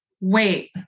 wait